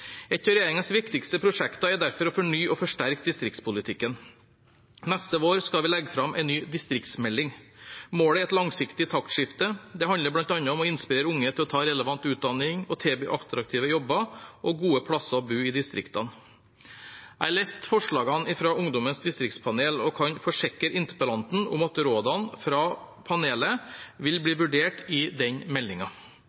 Et av regjeringens viktigste prosjekter er derfor å fornye og forsterke distriktspolitikken. Neste vår skal vi legge fram en ny distriktsmelding. Målet er et langsiktig taktskifte. Det handler bl.a. om å inspirere unge til å ta relevant utdanning, å tilby attraktive jobber og gode steder å bo i distriktene. Jeg har lest forslagene fra Ungdommens distriktspanel og kan forsikre interpellanten om at rådene fra panelet vil